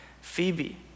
Phoebe